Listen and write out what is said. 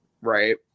Right